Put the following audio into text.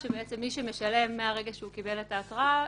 שמי שמשלם מהרגע שהוא קיבל את ההתראה,